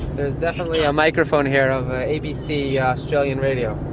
there's definitely a microphone here of abc australian radio.